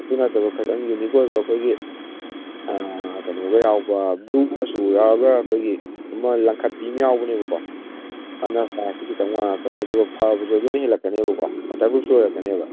ꯑꯗꯨ ꯅꯠꯇꯕ ꯈꯤꯇꯪ ꯌꯨꯅꯤꯛ ꯑꯣꯏꯕ ꯑꯩꯈꯣꯏꯒꯤ ꯀꯩꯅꯣꯒ ꯌꯥꯎꯕ ꯕ꯭ꯂꯨ ꯃꯆꯨꯒ ꯌꯥꯎꯔꯒ ꯑꯩꯈꯣꯏꯒꯤ ꯑꯃ ꯂꯪꯈꯠꯄꯤꯃ ꯌꯥꯎꯕꯅꯦꯕꯀꯣ ꯑꯗꯨꯅ ꯄ꯭ꯔꯥꯏꯁꯇꯤ ꯈꯤꯇꯪ ꯋꯥꯡꯉꯛꯀꯅꯤ ꯑꯗꯨꯒ ꯐꯕꯁꯨ ꯑꯗꯨꯅ ꯍꯦꯜꯂꯛꯀꯅꯦꯕꯀꯣ ꯋꯥꯇꯔ ꯄ꯭ꯔꯨꯞꯁꯨ ꯑꯣꯏꯔꯛꯀꯅꯦꯕ